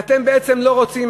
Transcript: שאתם בעצם לא רוצים,